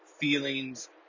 feelings